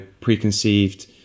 preconceived